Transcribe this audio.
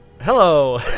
Hello